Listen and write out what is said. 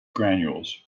granules